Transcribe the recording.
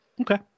Okay